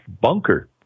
bunker